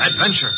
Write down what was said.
adventure